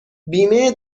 بیمه